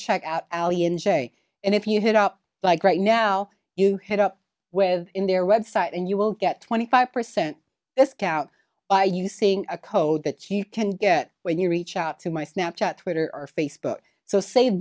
check out in say and if you hit up like right now you hit up with in their website and you will get twenty five percent discount by using a code that you can get when you reach out to my snap chat twitter or facebook so save